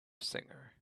singer